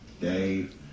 Dave